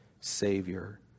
Savior